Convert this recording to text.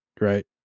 right